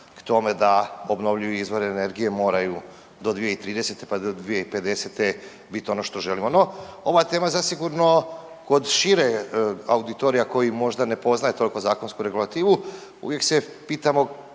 k tome da obnovljivi izvori energije moraju do 2030., pa do 2050. biti ono što želimo. No, ova tema zasigurno kod šireg auditorija koji možda ne poznaje toliko zakonsku regulativu uvijek se pitamo